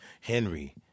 Henry